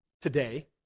today